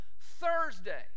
Thursday